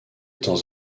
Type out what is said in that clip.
temps